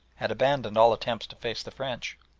had abandoned all attempts to face the french.